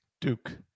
Duke